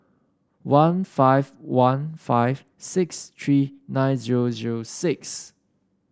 one five one five six three nine zero zero six